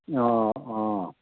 अँ अँ